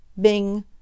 BING